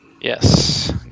Yes